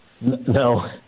No